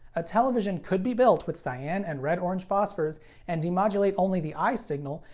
a television could be built with cyan and red-orange phosphors and demodulate only the i signal,